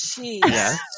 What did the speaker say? yes